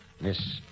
Miss